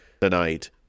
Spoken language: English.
tonight